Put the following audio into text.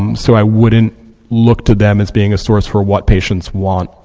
um so i wouldn't look to them as being a source for what patients want.